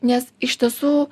nes iš tiesų